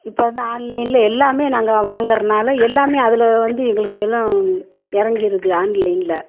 இப்போ வந்து ஆன்லைனில் எல்லாமே நாங்கள் வாங்கறனால எல்லாமே அதில் வந்து எங்களுக்கு எல்லாம் இறங்கிருது ஆன்லைனில்